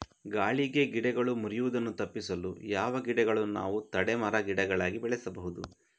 ಗಾಳಿಗೆ ಗಿಡಗಳು ಮುರಿಯುದನ್ನು ತಪಿಸಲು ಯಾವ ಗಿಡಗಳನ್ನು ನಾವು ತಡೆ ಮರ, ಗಿಡಗಳಾಗಿ ಬೆಳಸಬಹುದು?